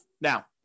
Now